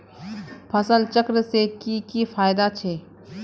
फसल चक्र से की की फायदा छे?